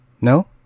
No